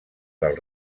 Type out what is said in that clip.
del